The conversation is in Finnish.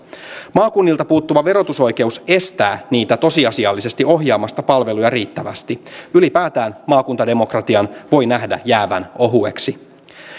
maakunnilta puuttuva verotusoikeus estää niitä tosiasiallisesti ohjaamasta palveluja riittävästi ylipäätään maakuntademokratian voi nähdä jäävän ohueksi